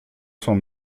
cents